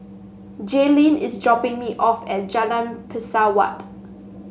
Jaylin is dropping me off at Jalan Pesawat